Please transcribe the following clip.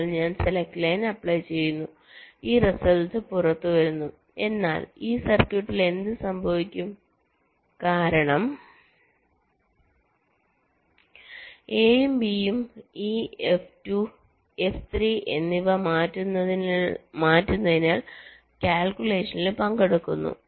അതിനാൽ ഞാൻ select line apply ചെയ്യുന്നു ഈ റിസൾട്ട് പുറത്തുവരുന്നു എന്നാൽ ഈ സർക്യൂട്ടിൽ എന്ത് സംഭവിക്കും കാരണം എയും ബിയും ഈ എഫ് 2 എഫ് 3 എന്നിവ മാറ്റുന്നതിനാൽ കാല്കുലേഷനിൽ പങ്കെടുക്കുന്നു